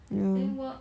then work